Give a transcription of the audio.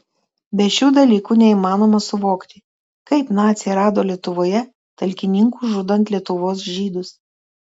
be šių dalykų neįmanoma suvokti kaip naciai rado lietuvoje talkininkų žudant lietuvos žydus